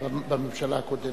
וגם בממשלה הקודמת.